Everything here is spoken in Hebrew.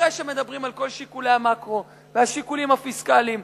אחרי שמדברים על כל שיקולי המקרו והשיקולים הפיסקליים,